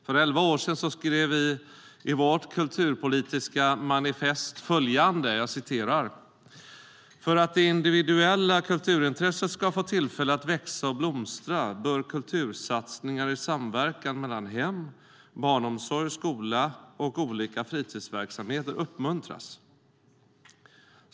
För elva år sedan skrev vi i vårt kulturpolitiska manifest följande: "För att det individuella kulturintresset skall få tillfälle att växa och blomstra bör kultursatsningar i samverkan mellan hem, barnomsorg, skola och olika fritidsverksamheter uppmuntras.